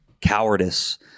cowardice